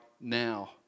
now